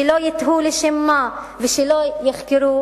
שלא יתהו לשם מה ושלא יחקרו,